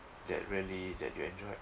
that really that you enjoyed